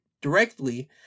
directly